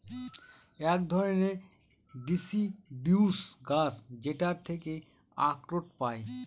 এক ধরনের ডিসিডিউস গাছ যেটার থেকে আখরোট পায়